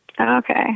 Okay